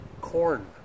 Corn